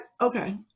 Okay